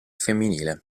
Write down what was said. femminile